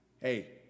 Hey